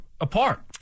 apart